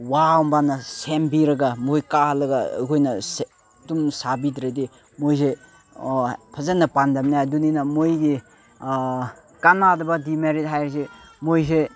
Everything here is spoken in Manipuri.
ꯋꯥꯡꯕꯅ ꯁꯦꯝꯕꯤꯔꯒ ꯃꯣꯏ ꯀꯥꯜꯂꯒ ꯑꯩꯈꯣꯏꯅ ꯑꯗꯨꯝ ꯁꯥꯕꯤꯗ꯭ꯔꯗꯤ ꯃꯣꯏꯁꯦ ꯐꯖꯅ ꯄꯥꯟꯗꯃꯤꯅ ꯑꯗꯨꯅꯤꯅ ꯃꯣꯏꯒꯤ ꯀꯥꯟꯅꯗꯕ ꯗꯤꯃꯦꯔꯤꯠ ꯍꯥꯏꯔꯤꯁꯦ ꯃꯣꯏꯁꯦ